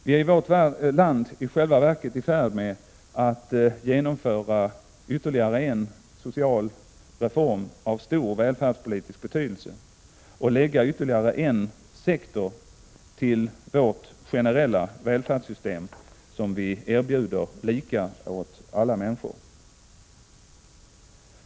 Vi är i vårt land i själva verket i färd med att genomföra ytterligare en social reform av stor välfärdspolitisk betydelse och lägga ytterligare en sektor till vårt generella välfärdssystem, som vi erbjuder lika åt alla människor.